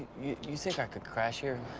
you think i could crash here?